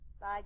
bye